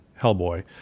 Hellboy